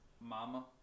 Mama